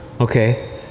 okay